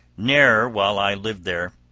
ne'er, while i lived there,